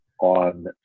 on